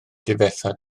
difetha